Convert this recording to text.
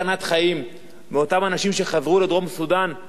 ואותם אנשים שחזרו לדרום-סודן לא רצחו בהם,